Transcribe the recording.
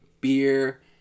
beer